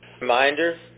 Reminder